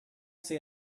say